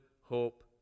hope